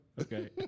Okay